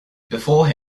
before